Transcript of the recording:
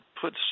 put